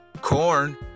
Corn